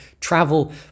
travel